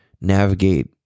navigate